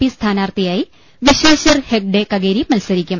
P സ്ഥാനാർത്ഥി യായി വിശേശ്വർ ഹെഗ്ഡേ കഗേരി മത്സരിക്കും